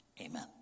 Amen